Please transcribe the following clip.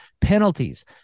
Penalties